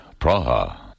Praha